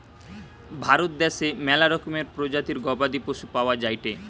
ভারত দ্যাশে ম্যালা রকমের প্রজাতির গবাদি পশু পাওয়া যায়টে